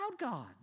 God